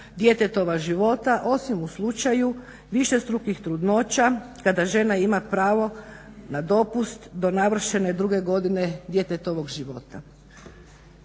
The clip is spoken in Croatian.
djetetova života osim u slučaju višestrukih trudnoća kada žena ima pravo na dopust do navršene druge godine djetetovog živoga.